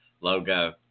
logo